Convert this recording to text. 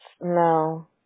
no